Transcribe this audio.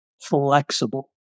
flexible